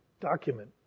document